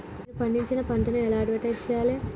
నేను పండించిన పంటను ఎలా అడ్వటైస్ చెయ్యాలే?